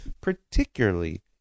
particularly